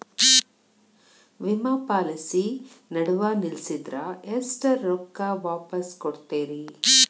ವಿಮಾ ಪಾಲಿಸಿ ನಡುವ ನಿಲ್ಲಸಿದ್ರ ಎಷ್ಟ ರೊಕ್ಕ ವಾಪಸ್ ಕೊಡ್ತೇರಿ?